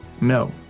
No